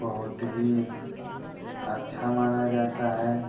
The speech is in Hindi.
बहुत ही अच्छा माना जाता है